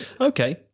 Okay